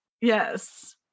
yes